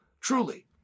truly